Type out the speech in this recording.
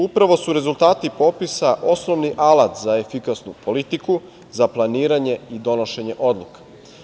Upravo su rezultati popisa osnovni alat za efikasnu politiku, za planiranje i donošenje odluka.